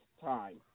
time